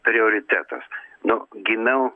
prioritetas nu gimiau